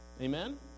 amen